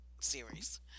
series